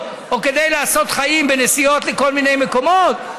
או כדי לעשות חיים בנסיעות לכל מיני מקומות?